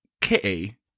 Kitty